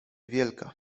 wielka